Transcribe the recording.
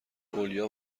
اولیاء